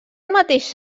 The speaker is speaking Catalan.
mateix